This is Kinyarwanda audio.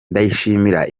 ndayishimira